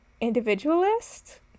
individualist